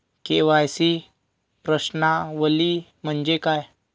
KYC प्रश्नावली म्हणजे काय?